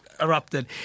erupted